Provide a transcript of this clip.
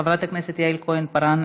חברת הכנסת יעל כהן-פארן,